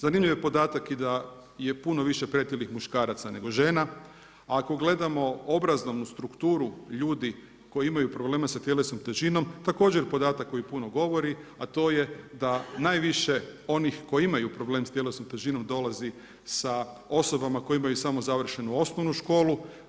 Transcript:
Zanimljiv je podatak i da je puno više pretilih muškaraca nego žena ako gledamo strukturu ljudi koji imaju problema sa tjelesnom težinom također podatak koji puno govori, a to je da najviše onih koji imaju problem sa tjelesnom težinom dolazi sa osobama koji imaju samo završenu osnovnu školu.